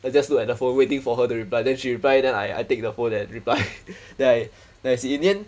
then just look at the phone waiting for her to reply then she reply then I I take the phone then reply then I then that's it in the end